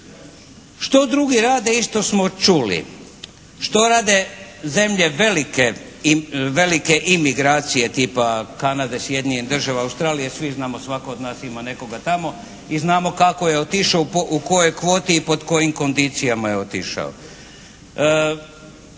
Što drugi rade isto smo čuli. Što rade zemlje velike imigracije tipa Kanade, Sjedinjenih Država, Australije svi znamo, jer svatko od nas ima nekoga tamo i znamo kako je otišao u kojoj kvoti i pod kojim kondicijama je otišao.